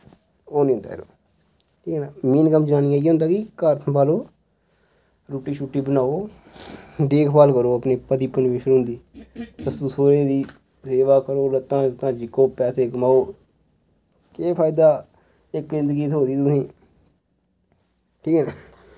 ओह् नी होंदा ऐ ठीक ऐ मेन कम्म जनानियां इयै होंदा कि घर सम्भालो रुट्टी शुट्टी बनाओ देखवाल करो अपने पति कलभूशन होंदी सस्सू सौह्रे दी जेह्दे बाद करो लत्तां लुत्तां चिक्को पैसा कमाओ केह् फायदा इक जिन्दगी थ्होदी तुसें ठीक ऐ